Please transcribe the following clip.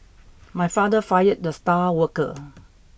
my father fired the star worker